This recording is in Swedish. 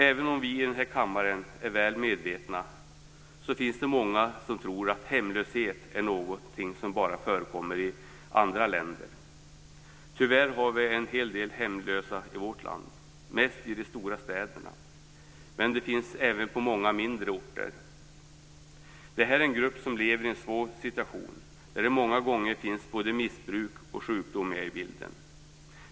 Även om vi i den här kammaren är väl medvetna, så finns det många som tror att hemlöshet är något som bara förekommer i andra länder. Tyvärr har vi en hel del hemlösa i vårt land, mest i de stora städerna, men även på många mindre orter. Det här är en grupp som lever i en svår situation där det många gånger finns både missbruk och sjukdom med i bilden.